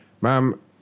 ma'am